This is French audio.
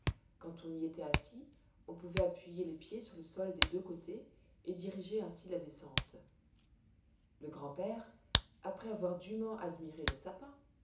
quand on y était assis on pouvait appuyer les pieds sur le sol des deux côtés et diriger ainsi la descente le grand-père après avoir dûment admiré les sapins